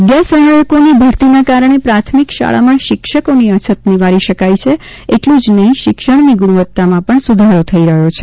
વિદ્યા સહાયકોની ભરતીના કારણે પ્રાથમિક શાળામાં શિક્ષકોની અછત નિવારી શકાઈ છે એટલું જ નહીં શિક્ષણની ગુણવત્તામાં પણ સુધારો થઈ શક્યો છે